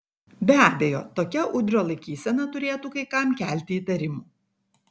be abejo tokia udrio laikysena turėtų kai kam kelti įtarimų